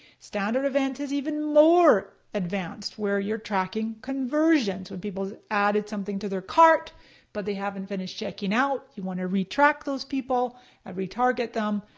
standard event is even more advanced, where you're tracking conversions. when people have added something to their cart but they haven't finished checking out, you want to re-track those people and re-target them.